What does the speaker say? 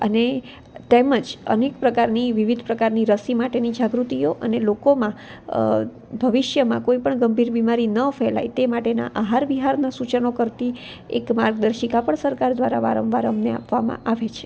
અને તેમ જ અનેક પ્રકારની વિવિધ પ્રકારની રસી માટેની જાગૃતિઓ અને લોકોમાં ભવિષ્યમાં કોઈ પણ ગંભીર બીમારી ન ફેલાય તે માટેના આહાર વિહારના સૂચનો કરતી એક માર્ગદર્શિકા પણ સરકાર દ્વારા વારંવાર અમને આપવામાં આવી છે